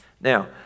Now